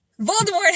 Voldemort